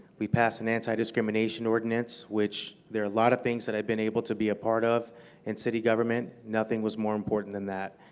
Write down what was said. we pass an antidiscrimination ordinance, which there are a lot of things that i've been able to be a part of in city government, nothing was more important than that.